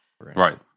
Right